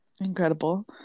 Incredible